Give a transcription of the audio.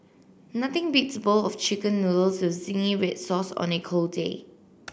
nothing beats a bowl of chicken noodles with zingy red sauce on a cold day